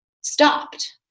stopped